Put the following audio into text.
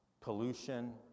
pollution